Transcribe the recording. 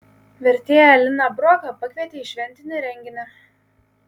vertėją liną brogą pakvietė į šventinį renginį